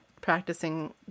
practicing